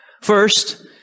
First